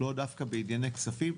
לאו דווקא בענייני כספים.